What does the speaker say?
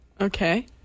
Okay